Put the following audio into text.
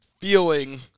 feeling